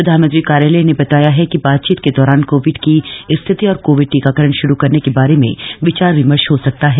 प्रधानमंत्री कार्यालय ने बताया है कि बातचीत के दौरान कोविड की स्थिति और कोविड टीकाकरण श्रू करने के बारे में विचार विमर्श हो सकता है